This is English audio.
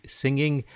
singing